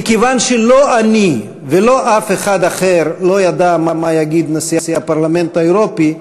מכיוון שלא אני ולא אף אחד אחר ידע מה יגיד נשיא הפרלמנט האירופי,